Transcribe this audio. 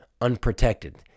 unprotected